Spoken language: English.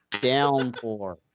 downpour